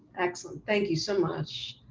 excellent, thank you so much.